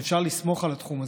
שאפשר לסמוך על התחום הזה.